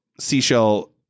seashell